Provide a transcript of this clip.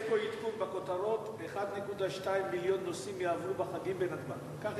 יש פה עדכון בכותרות: 1.2 מיליון נוסעים יעברו בחגים בנתב"ג.